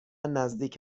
نزدیک